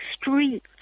street